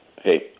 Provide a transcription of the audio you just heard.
Hey